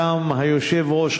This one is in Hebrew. גם היושב-ראש,